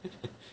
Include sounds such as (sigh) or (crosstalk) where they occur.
(laughs)